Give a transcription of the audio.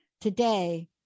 Today